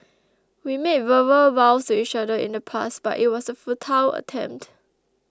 we made verbal vows to each other in the past but it was a futile attempt